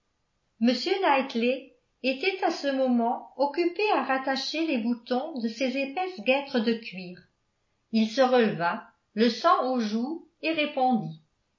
m knightley était à ce moment occupé à rattacher les boutons de ses épaisses guêtres de cuir il se releva le sang aux joues et répondit